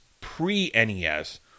pre-NES